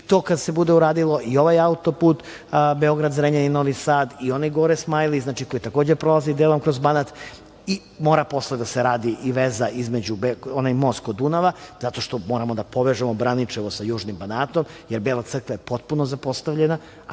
i to kada se bude uradilo i ovaj auto-put Beograd-Zrenjanin-Novi Sad i onaj gore „Smajli“, znači koji takođe prolazi delom kroz Banat. Mora posle da se radi i veza, onaj most kod Dunava zato što moramo da povežemo Braničevo sa južnim Banatom, jer Bela Crkva je potpuno zapostavljena,